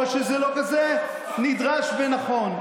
או שזה לא כזה נדרש ונכון.